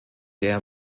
der